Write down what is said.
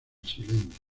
silencio